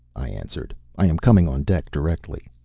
i answered. i am coming on deck directly.